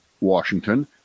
Washington